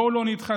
בואו לא נתחזה,